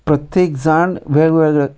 प्रत्येक जाण वेगवेगळे